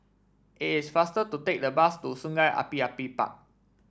it is faster to take the bus to Sungei Api Api Park